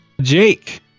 Jake